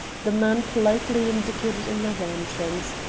the man politely indicated another entrance,